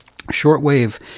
Shortwave